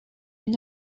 une